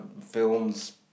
films